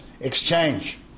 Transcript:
Exchange